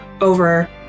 over